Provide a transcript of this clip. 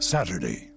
Saturday